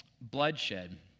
bloodshed